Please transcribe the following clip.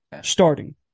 Starting